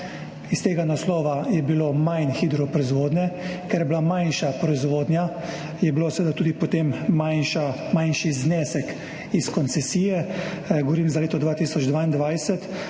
Iz tega naslova je bilo manj hidroproizvodnje. Ker je bila manjša proizvodnja, je bil seveda potem tudi manjši znesek iz koncesije, govorim za leto 2022,